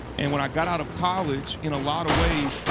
and when i got out of college, in a lot of ways,